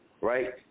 Right